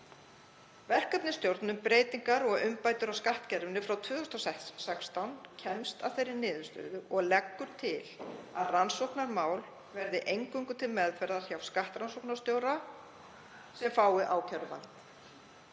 Verkefnisstjórn um breytingar og umbætur á skattkerfinu frá 2016 kemst að þeirri niðurstöðu og leggur til að rannsóknarmál verði eingöngu til meðferðar hjá skattrannsóknarstjóra, sem fái ákæruvald.